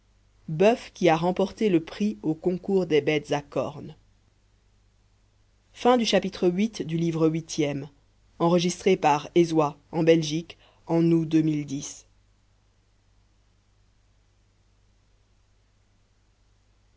boeuf qui a remporté le prix au concours des bêtes à cornes